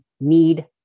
need